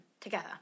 together